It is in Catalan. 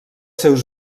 seus